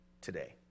today